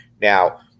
Now